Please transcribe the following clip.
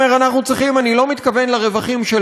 אני לא מתכוון לרווחים של מר עופר,